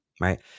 right